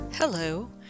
Hello